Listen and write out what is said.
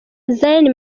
zayn